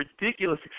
ridiculous